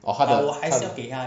oh 他的他的